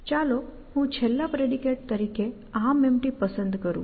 ચાલો હું છેલ્લા પ્રેડિકેટ તરીકે ArmEmpty પસંદ કરું